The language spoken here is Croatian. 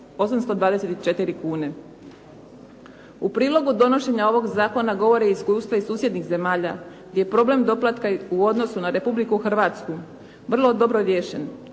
384 kune. U prilogu donošenja ovoga zakona govore iskustva iz susjednih zemalja, gdje je problem doplatka u odnosu na Republiku Hrvatsku vrlo dobro riješen.